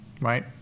right